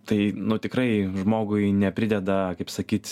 tai nu tikrai žmogui neprideda kaip sakyt